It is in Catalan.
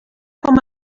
com